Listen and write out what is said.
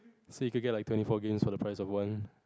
so you can get twenty four games for the price of one